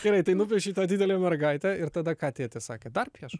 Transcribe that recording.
gerai tai nupiešei tą didelę mergaitę ir tada ką tėtis sakė dar piešk